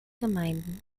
gemeinden